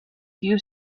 few